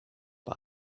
bei